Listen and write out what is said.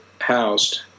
housed